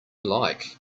like